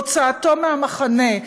הוצאתו מהמחנה,